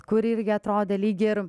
kur irgi atrodė lygi ir